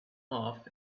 off